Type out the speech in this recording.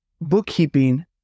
bookkeeping